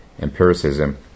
empiricism